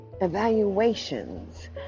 evaluations